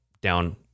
down